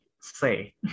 say